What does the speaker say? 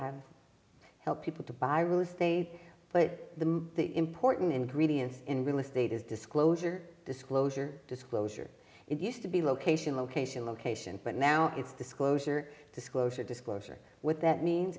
i've helped people to buy real estate but the most important ingredients in real estate is disclosure disclosure disclosure it used to be location location location but now it's disclosure disclosure disclosure what that means